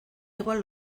igual